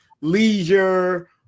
leisure